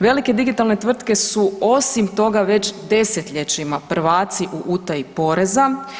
Velike digitalne tvrtke su osim toga već desetljećima prvaci u utaji poreza.